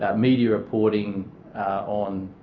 ah media reporting on